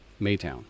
maytown